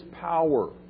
power